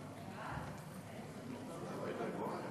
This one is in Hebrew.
היית רגועה.